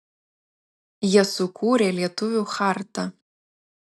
jie sukūrė lietuvių chartą